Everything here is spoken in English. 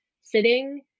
Sitting